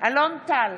אלון טל,